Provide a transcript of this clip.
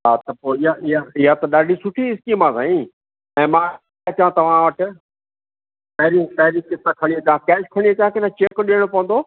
हा त पोइ इहा इहा इहा त ॾाढी सुठी स्कीम आहे भाई ऐं मां अचां तव्हां वटि पहिरीं पहिरीं क़िश्त खणी अचां कैश खणी अचां की न चैक ॾियणो पवंदो